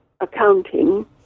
accounting